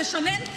תשנן.